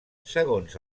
segons